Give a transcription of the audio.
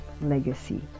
legacy